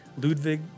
Ludwig